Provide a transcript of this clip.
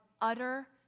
utter